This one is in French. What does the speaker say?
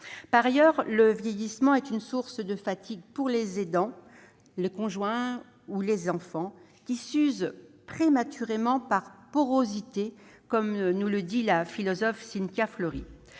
Par ailleurs, le vieillissement est une source de fatigue pour les aidants, le conjoint ou les enfants, qui s'usent prématurément, « par porosité », comme le souligne la philosophe Cynthia Fleury.